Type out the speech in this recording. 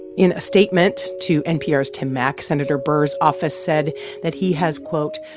in a statement to npr's tim mak, senator burr's office said that he has, quote,